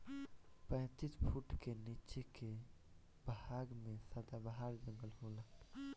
पैतीस फुट के नीचे के भाग में सदाबहार जंगल होला